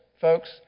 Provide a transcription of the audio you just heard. folks